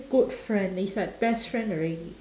good friend is like best friend already